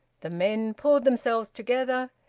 the men pulled themselves together,